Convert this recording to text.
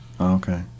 okay